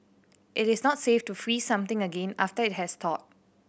it is not safe to freeze something again after it has thawed